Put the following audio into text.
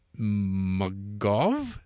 Magov